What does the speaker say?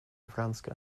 franska